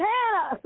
Hannah